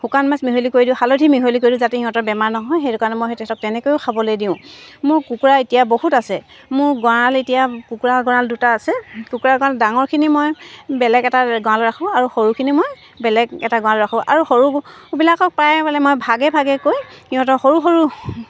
শুকান মাছ মিহলি কৰি দিওঁ হালধি মিহলি কৰি দিওঁ যাতে সিহঁতৰ বেমাৰ নহয় সেইটো কাৰণে মই সিহঁতক তেনেকৈও খাবলৈ দিওঁ মোৰ কুকুৰা এতিয়া বহুত আছে মোৰ গঁড়াল এতিয়া কুকুৰা গঁড়াল দুটা আছে কুকুৰা গঁড়াল ডাঙৰখিনি মই বেলেগ এটা গঁড়ালত ৰাখোঁ আৰু সৰুখিনি মই বেলেগ এটা গঁড়ালত ৰাখোঁ স আৰু সৰুবিলাকক প্ৰায়ে মানে মই ভাগে ভাগেকৈ সিহঁতৰ সৰু সৰু